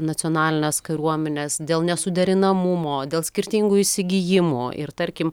nacionalines kariuomenes dėl nesuderinamumo dėl skirtingų įsigijimų ir tarkim